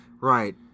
Right